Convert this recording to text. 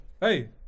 hey